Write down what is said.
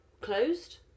closed